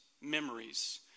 memories